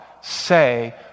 say